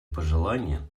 пожелание